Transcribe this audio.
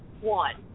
one